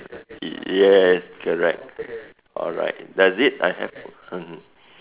yes correct alright does it uh have mmhmm